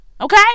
Okay